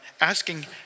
Asking